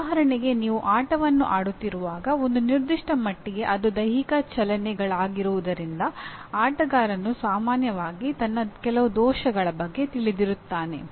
ಉದಾಹರಣೆಗೆ ನೀವು ಆಟವನ್ನು ಆಡುತ್ತಿರುವಾಗ ಒಂದು ನಿರ್ದಿಷ್ಟ ಮಟ್ಟಿಗೆ ಅದು ದೈಹಿಕ ಚಲನೆಗಳಾಗಿರುವುದರಿಂದ ಆಟಗಾರನು ಸಾಮಾನ್ಯವಾಗಿ ತನ್ನ ಕೆಲವು ದೋಷಗಳ ಬಗ್ಗೆ ತಿಳಿದಿರುತ್ತಾನೆ